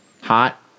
hot